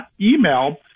email